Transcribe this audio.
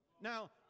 Now